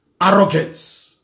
arrogance